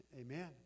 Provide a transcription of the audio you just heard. Amen